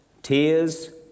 tears